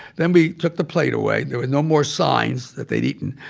then we took the plate away. there were no more signs that they'd eaten.